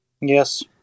Yes